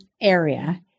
area